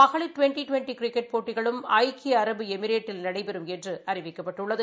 மகளிர் twenty twenty cricket போட்டிகளும் ஐக்கிய அரசு எமிரேட்டில் நடைபெறும் என்று அறிவிக்கப்பட்டுள்ளது